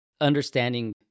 understanding